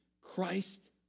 Christ